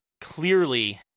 clearly